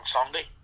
Sunday